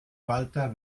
walter